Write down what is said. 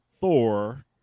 Thor